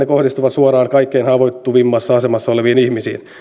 kohdistuvat suoraan kaikkein haavoittuvimmassa asemassa oleviin ihmisiin